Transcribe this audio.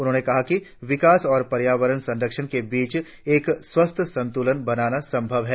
उन्होंने कहा कि विकास और पर्यावरण संरक्षण के बीच एक स्वस्थ संतुलन बनाना संभव है